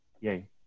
yay